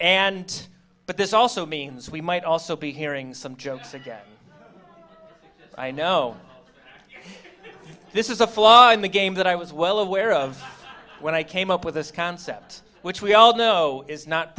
and but this also means we might also be hearing some jokes again i know this is a flaw in the game that i was well aware of when i came up with this concept which we all know is not